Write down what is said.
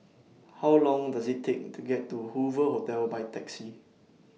How Long Does IT Take to get to Hoover Hotel By Taxi